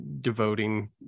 devoting